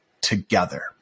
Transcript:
together